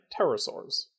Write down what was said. pterosaurs